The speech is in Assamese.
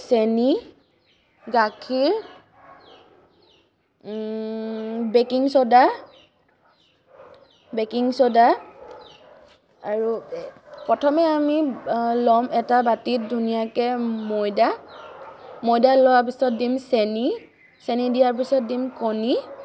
চেনী গাখীৰ বেকিং চ'দা বেকিং চ'দা আৰু প্ৰথমে আমি ল'ম এটা বাটিত ধুনীয়াকৈ ময়দা ময়দা লোৱা পিছত দিম চেনী চেনী দিয়াৰ পিছত দিম কণী